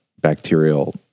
bacterial